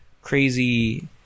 crazy